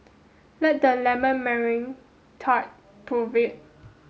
let the lemon meringue tart prove it